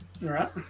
right